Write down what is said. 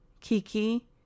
Kiki